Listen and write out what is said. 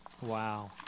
Wow